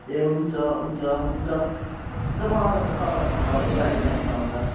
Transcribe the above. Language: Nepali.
ए हुन्छ हुन्छ हुन्छ म आउँदाखेरि तपाईँलाई फोन गर्छु नि है त्यहाँनेर आउँदा